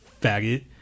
faggot